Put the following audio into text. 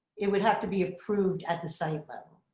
it would have to be approved at the site level.